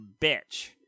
Bitch